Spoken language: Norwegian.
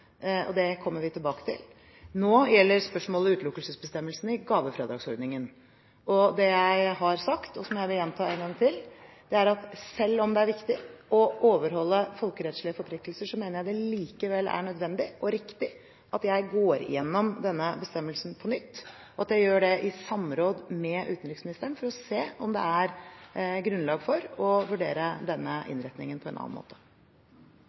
Det kommer vi tilbake til. Nå gjelder spørsmålet utelukkelsesbestemmelsene i gavefradragsordningen. Det jeg har sagt, som jeg vil gjenta en gang til, er at selv om det er viktig å overholde folkerettslige forpliktelser, mener jeg det likevel er nødvendig og riktig at jeg går gjennom denne bestemmelsen på nytt, og at jeg gjør det i samråd med utenriksministeren for å se om det er grunnlag for å vurdere denne innretningen på en annen måte.